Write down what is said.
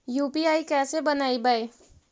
UPI कैसे बनइबै?